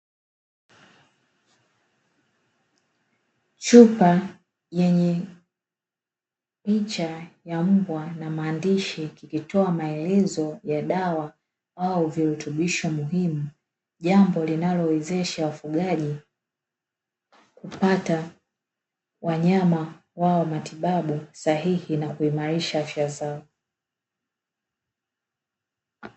Chupa yenye picha ya mbwa na maandishi yakitoa maelezo ya dawa au virutubisho muhimu, jambo linalowezesha wafugaji kupata wanyama wa matibabu sahihi na kuimarisha afya zao.